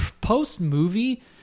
post-movie